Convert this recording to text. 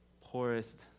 poorest